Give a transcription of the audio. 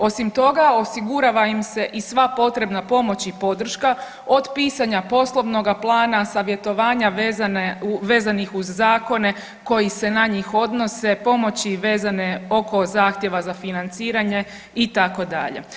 Osim toga, osigurava im se i sva potrebna pomoć i podrška od pisanja poslovnoga plana, savjetovanja vezanih uz zakone koji se na njih odnose, pomoći vezane oko zahtjeva za financiranje itd.